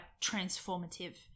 transformative